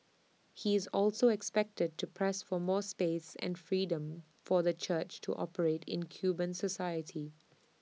he is also expected to press for more space and freedom for the church to operate in Cuban society